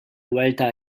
vuelta